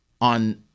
on